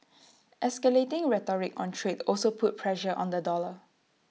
escalating rhetoric on trade also put pressure on the dollar